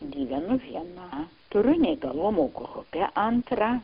gyvenu viena turiu neįgalumo grupę antrą